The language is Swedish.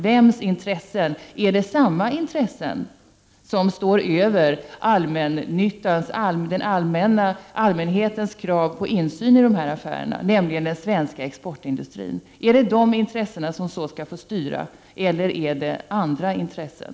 Vems intresse är den? Är det samma intressen som de som står över allmänhetens krav på insyn i de här affärerna, nämligen den svenska exportindustrins? Är det de intressena som skall styra eller är det andra intressen?